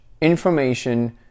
information